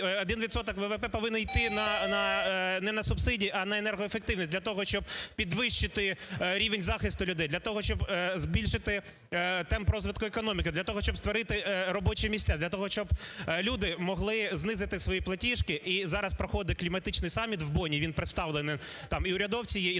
ВВП повинен йти не на субсидії, а на енергоефективність для того, щоб підвищити рівень захисту людей, для того, щоб збільшити темп розвитку економіки, для того, щоб створити робочі місця, для того, щоб люди могли знизити свої платіжки. І зараз проходить кліматичний саміт в Бонні, від представлений, там і урядовці є, і